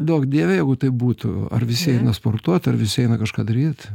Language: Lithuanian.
duok dieve jeigu taip būtų ar visi eina sportuot ar visi eina kažką daryt